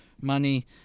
money